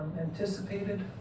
anticipated